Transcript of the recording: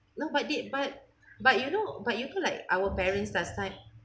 no but did but but you know but you put like our parents last time